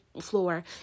floor